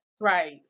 Right